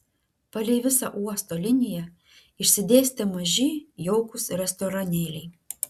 palei visą uosto liniją išsidėstę maži jaukūs restoranėliai